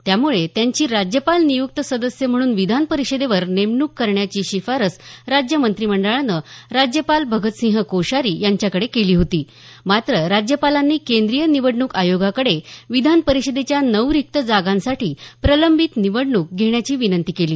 त्यामुळे त्यांची राज्यपाल नियुक्त सदस्य म्हणून विधान परिषदेवर नेमणूक करण्याची शिफारस राज्य मंत्रिमंडळानं राज्यपाल भगतसिंह कोश्यारी यांच्याकडे केली होती मात्र राज्यपालांनी केंद्रीय निवडणूक आयोगाकडे विधान परिषदेच्या नऊ रिक्त जागांसाठी प्रलंबित निवडणूक घेण्याची विनंती केली